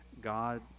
God